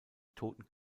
toten